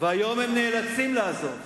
והיום הם נאלצים לעזוב.